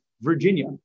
Virginia